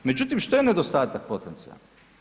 Međutim, što je nedostatak potencijalni?